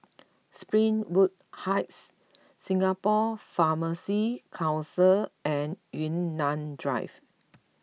Springwood Heights Singapore Pharmacy Council and Yunnan Drive